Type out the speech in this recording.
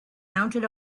mounted